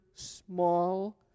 small